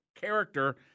character